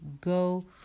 go